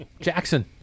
Jackson